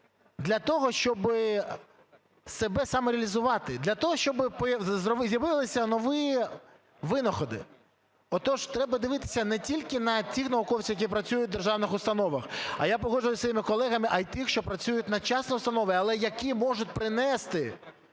для того, щоби себе самореалізувати, для того, щоби з'явилися нові винаходи. Отож треба дивитися не тільки на тих науковців, які працюють в державних установах, я погоджуюсь зі своїми колегами, а й тих, що працюють на частні установи, але які можуть принестипользу